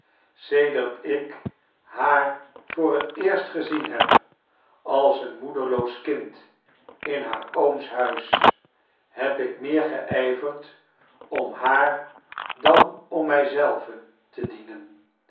sedert ik haar voor net eerst gezien heb als een moederloos kind in haar corns huis heb ik meer geijverd om haar dan om mij zelve te dienen